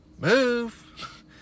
move